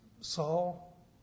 Saul